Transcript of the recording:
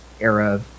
era